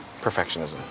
perfectionism